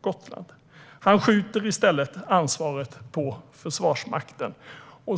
Gotland. Han skjuter i stället ansvaret på Försvarsmakten.